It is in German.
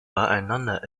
beieinander